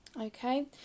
okay